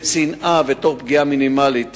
בצנעה ותוך פגיעה מינימלית